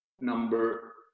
number